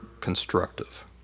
constructive